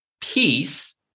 Peace